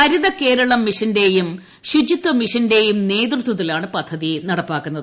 ഹരിതകേരളം മിഷന്റെയും ശുചിത്വമിഷന്റെയും നേതൃത്വത്തിലാണ് പദ്ധതി നടപ്പാക്കുന്നത്